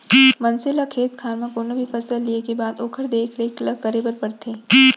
मनसे ल खेत खार म कोनो भी फसल लिये के बाद ओकर देख रेख ल करे बर परथे